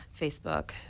Facebook